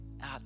out